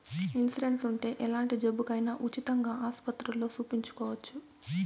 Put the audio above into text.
insurance ఉంటే ఎలాంటి జబ్బుకైనా ఉచితంగా ఆస్పత్రుల్లో సూపించుకోవచ్చు